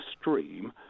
stream